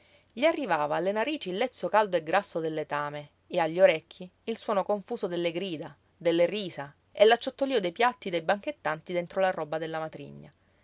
gli arrivava alle narici il lezzo caldo e grasso del letame e agli orecchi il suono confuso delle grida delle risa e l'acciottolío dei piatti dei banchettanti dentro la roba della matrigna